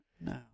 No